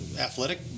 athletic